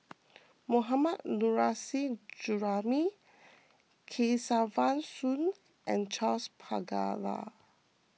Mohammad Nurrasyid Juraimi Kesavan Soon and Charles Paglar